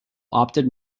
opted